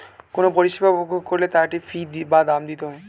কোনো পরিষেবা উপভোগ করলে তার একটা ফী বা দাম দিতে হয়